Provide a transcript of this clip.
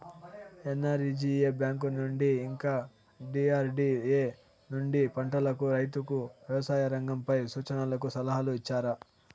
NREGA bank నుండి ఇంకా DRDA నుండి పంటలకు రైతుకు వ్యవసాయ రంగంపై సూచనలను సలహాలు ఇచ్చారా